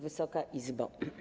Wysoka Izbo!